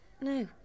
No